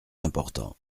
important